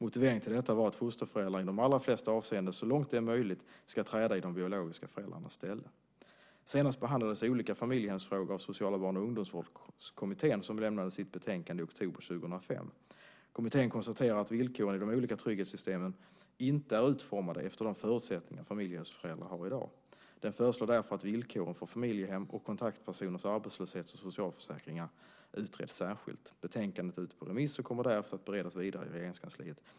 Motiveringen till detta var att fosterföräldrar i de allra flesta avseenden så långt det är möjligt ska träda i de biologiska föräldrarnas ställe. Senast behandlades olika familjehemsfrågor av Sociala barn och ungdomsvårdskommittén som lämnade sitt betänkande i oktober 2005. Kommittén konstaterar att villkoren i de olika trygghetssystemen inte är utformade efter de förutsättningar som familjehemsföräldrar har i dag. Den föreslår därför att villkoren för familjehems och kontaktpersoners arbetslöshets och socialförsäkring utreds särskilt. Betänkandet är ute på remiss och kommer därefter att beredas vidare i Regeringskansliet.